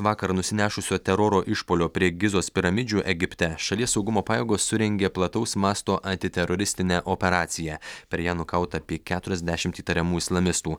vakar nusinešusio teroro išpuolio prie gizos piramidžių egipte šalies saugumo pajėgos surengė plataus masto antiteroristinę operaciją per ją nukauta apie keturiasdešimt įtariamų islamistų